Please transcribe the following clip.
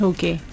Okay